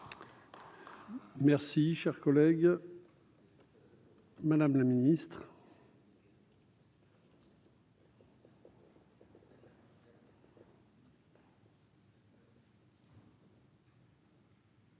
Merci, cher collègue. Madame la Ministre.